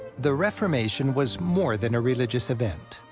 the reformation was more than a religious event.